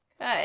Good